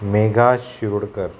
Megha Shirodkar